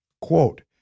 quote